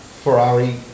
Ferrari